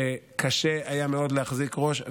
כשקשה היה מאוד להחזיק ראש,